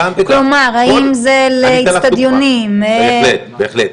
בהחלט.